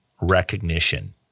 recognition